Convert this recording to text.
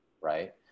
right